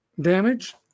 damage